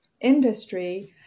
industry